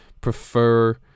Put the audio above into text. prefer